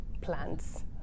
plants